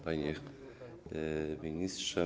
Panie Ministrze!